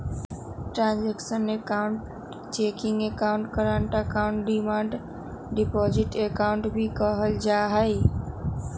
transactional account checking account, current account, demand deposit account भी कहल जाहई